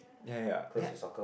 ya ya ya